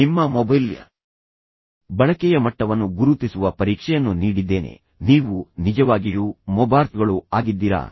ನಿಮ್ಮ ಮೊಬೈಲ್ ಬಳಕೆಯ ಮಟ್ಟವನ್ನು ಗುರುತಿಸುವ ಪರೀಕ್ಷೆಯನ್ನು ನೀಡಿದ್ದೇನೆ ನೀವು ನಿಜವಾಗಿಯೂ ಮೊಬಾರ್ಚ್ಗಳು ಆಗಿದ್ದೀರಾ